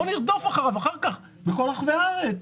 בואו נרדוף אחריו אחר כך בכל רחבי הארץ,